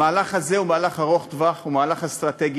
המהלך הזה הוא מהלך ארוך-טווח, הוא מהלך אסטרטגי,